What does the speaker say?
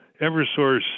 Eversource